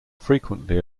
frequently